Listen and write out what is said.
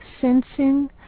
sensing